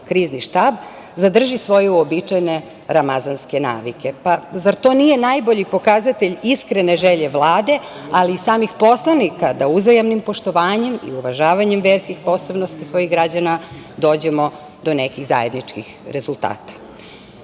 Krizni štab, zadrži svoje uobičajene ramazanske navike. Zar to nije najbolji pokazatelj iskrene želje Vlade ali i samih poslanika da uzajamnim poštovanjem i uvažavanjem verskih posebnosti svojih građana dođemo do nekih zajedničkih rezultata. Navešću